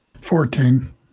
Fourteen